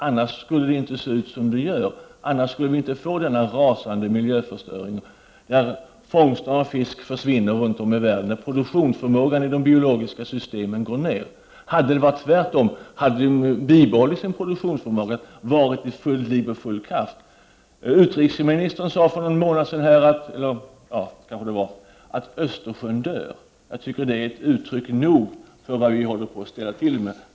Annars skulle det inte se ut som det gör. Annars skulle vi inte ha denna rasande miljöförstöring. Fångsterna av fisk försvinner runtom i världen. Produktionsförmågan i de biologiska systemen går ner. Annars hade det varit tvärtom, de hade bibehållit sin produktionsförmåga och varit i fullt liv och full kraft. Utrikesministern sade för en tid sedan att Östersjön dör. Jag tycker att det är uttryck nog för vad vi håller på att ställa till med.